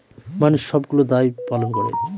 মানুষ সবগুলো দায় পালন করে